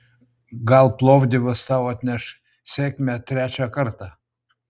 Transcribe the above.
gal plovdivas tau atneš sėkmę trečią kartą